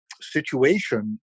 situation